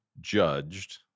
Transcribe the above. judged